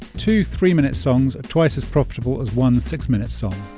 two three-minute songs are twice as profitable as one six-minute song,